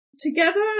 together